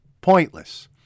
pointless